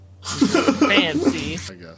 fancy